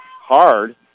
hard